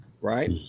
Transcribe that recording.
right